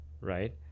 right